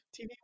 TV